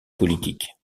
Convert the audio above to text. politique